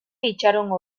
itxarongo